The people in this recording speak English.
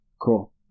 cool